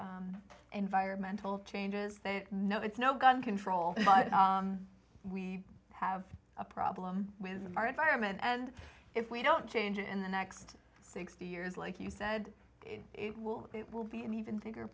environmental changes they know it's no gun control but we have a problem with our environment and if we don't change it in the next sixty years like you said it will it will be an even